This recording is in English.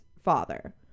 father